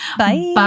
bye